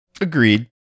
Agreed